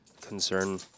concern